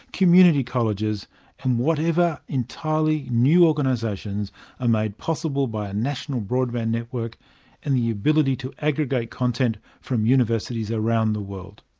community colleges and whatever entirely new organisations are made possible by a national broadband network and the ability to aggregate content from universities around the world?